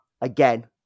again